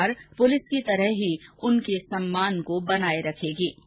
सरकार पुलिस की तरह ही उनके सम्मान को बनाए रखेगी